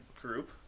group